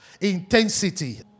intensity